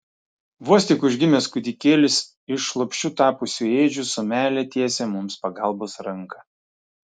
vos tik užgimęs kūdikėlis iš lopšiu tapusių ėdžių su meile tiesia mums pagalbos ranką